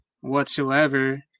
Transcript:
whatsoever